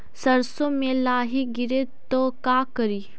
सरसो मे लाहि गिरे तो का करि?